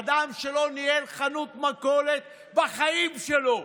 אדם שלא ניהל חנות מכולת בחיים שלו,